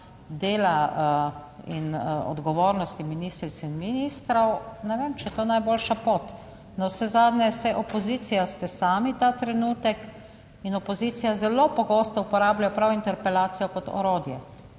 dela in odgovornosti ministric in ministrov, ne vem, če je to najboljša pot. Navsezadnje saj opozicija ste sami ta trenutek in opozicija zelo pogosto uporablja prav interpelacijo kot orodje,